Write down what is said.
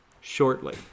shortly